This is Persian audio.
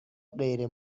غیر